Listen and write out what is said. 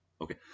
okay